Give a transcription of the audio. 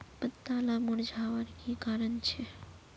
पत्ताला मुरझ्वार की कारण छे?